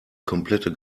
komplette